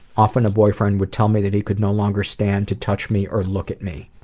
often, a boyfriend would tell me that he could no longer stand to touch me or look at me.